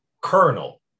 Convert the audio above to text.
Colonel